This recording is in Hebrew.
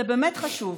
זה באמת חשוב.